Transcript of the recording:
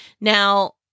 Now